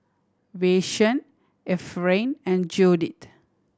Vashon Efrain and Judith